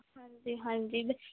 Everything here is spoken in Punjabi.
ਹਾਂਜੀ ਹਾਂਜੀ